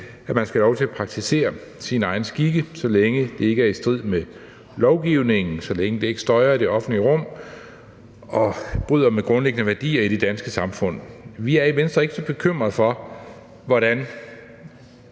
hører så retten til at praktisere sine egne skikke, så længe det ikke er i strid med lovgivningen, så længe det ikke støjer i det offentlige rum og bryder med grundlæggende værdier i det danske samfund. Vi er i Venstre ikke så bekymrede for, hvordan